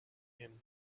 him